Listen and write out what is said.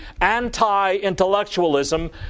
anti-intellectualism